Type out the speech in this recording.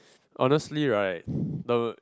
honestly right the